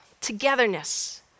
togetherness